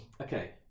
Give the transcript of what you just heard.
Okay